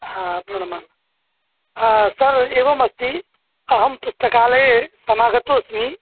हा प्रणामं हा स् एवम् अस्ति अहं पुस्तकालये समागतोऽस्मि